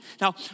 Now